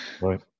Right